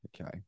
okay